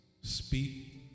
Speak